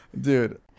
Dude